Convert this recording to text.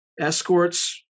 escorts